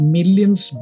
Millions